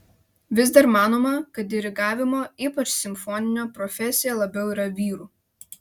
vis dar manoma kad dirigavimo ypač simfoninio profesija labiau yra vyrų